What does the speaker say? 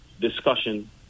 discussion